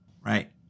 Right